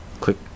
Click